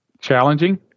challenging